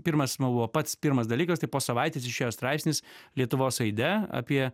pirmas mano buvo pats pirmas dalykas tai po savaitės išėjo straipsnis lietuvos aide apie